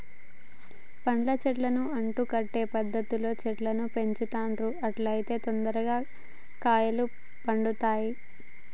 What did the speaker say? పండ్ల చెట్లను అంటు కట్టే పద్ధతిలో చెట్లను పెంచుతాండ్లు అట్లా అయితే తొందరగా కాయలు పడుతాయ్